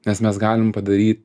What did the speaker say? nes mes galim padary